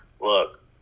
Look